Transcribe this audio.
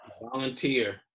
volunteer